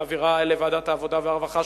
להעבירה לוועדת העבודה והרווחה,